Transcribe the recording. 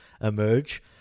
emerge